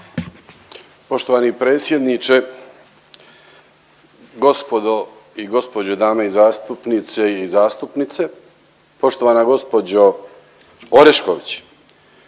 Poštovani predsjedniče. Gospodo i gospođe dame i zastupnice i zastupnice. Poštovana gospođo Orešković.